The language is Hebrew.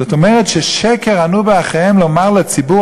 זאת אומרת ששקר ענו באחיהם לומר לציבור